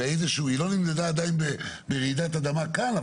היא לא נמדדה עדיין ברעידת אדמה כאן,